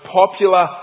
popular